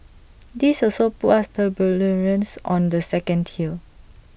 this also puts us plebeians on the second tier